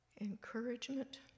encouragement